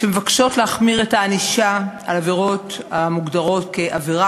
מבקשות להחמיר את הענישה על עבירות המוגדרות כעבירה